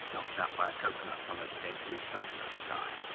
knocked out by a coconut from a deadly coconut shy.